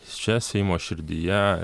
čia seimo širdyje